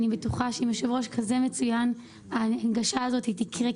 אני בטוחה שעם יושב-ראש כזה מצוין ההנגשה הזאת תקרה,